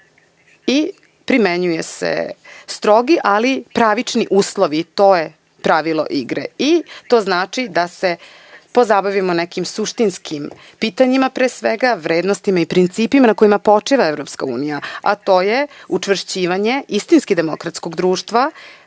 i primenjuju se strogi, ali pravični uslovi. To je pravilo igre. To znači da se pozabavimo nekim suštinskim pitanjima, pre svega, vrednostima i principima na kojima počiva EU, a to su učvršćivanje istinski demokratskog društva,